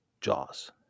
Jaws